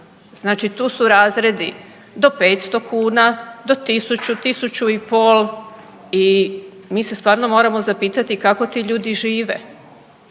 znači tu su razredi do 500 kuna, do 1.000, 1.500 i mi se stvarno moramo zapitati kako ti ljudi žive.